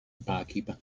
barkeeper